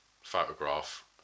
photograph